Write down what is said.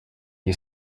you